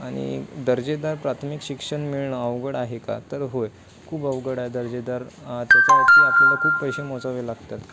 आणि दर्जेदार प्राथमिक शिक्षण मिळणं अवघड आहे का तर होय खूप अवघड आहे दर्जेदार त्याच्यावरती आपल्याला खूप पैसे मोजावे लागतात